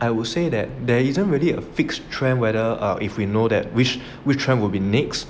I would say that there isn't really a fixed trend whether err if we know that which which trend will be next